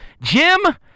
Jim